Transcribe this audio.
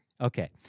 Okay